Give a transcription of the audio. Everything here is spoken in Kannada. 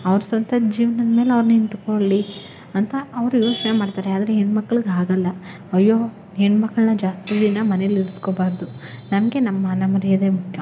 ಅವ್ರು ಸ್ವಂತ ಜೀವ್ನದ ಮೇಲೆ ಅವ್ರು ನಿಂತ್ಕೊಳ್ಳಿ ಅಂತ ಅವ್ರು ಯೋಚನೆ ಮಾಡ್ತಾರೆ ಆದರೆ ಹೆಣ್ಣು ಮಕ್ಳಿಗೆ ಆಗಲ್ಲ ಅಯ್ಯೋ ಹೆಣ್ಣು ಮಕ್ಕಳನ್ನ ಜಾಸ್ತಿ ದಿನ ಮನೆಯಲ್ಲಿ ಇಸ್ಕೊಳ್ಬಾರ್ದು ನಮಗೆ ನಮ್ಮ ಮಾನ ಮರ್ಯಾದೆ ಮುಖ್ಯ